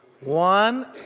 One